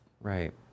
right